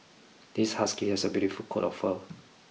this Husky has a beautiful coat of fur